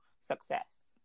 success